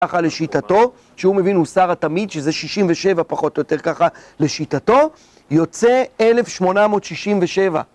ככה לשיטתו, שהוא מבין הוא שר התמיד, שזה 67 פחות או יותר ככה לשיטתו, יוצא 1867.